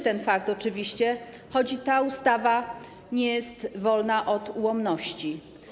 Ten fakt oczywiście cieszy, choć ta ustawa nie jest wolna od ułomności.